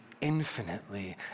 infinitely